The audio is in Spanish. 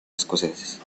escoceses